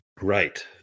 Right